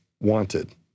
wanted